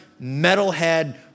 metalhead